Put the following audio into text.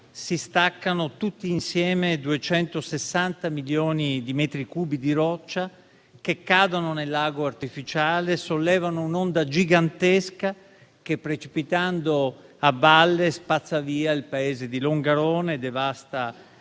si staccano, tutti insieme, 260 milioni di metri cubi di roccia che cadono nel lago artificiale e sollevano un'onda gigantesca che, precipitando a valle, spazza via il paese di Longarone e devasta